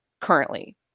currently